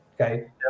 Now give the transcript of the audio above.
okay